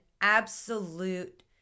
absolute